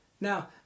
Now